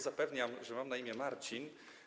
Zapewniam, że mam na imię Marcin.